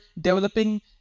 developing